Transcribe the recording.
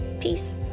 Peace